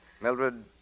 Mildred